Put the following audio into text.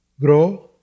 grow